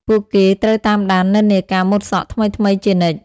ពួកគេត្រូវតាមដាននិន្នាការម៉ូដសក់ថ្មីៗជានិច្ច។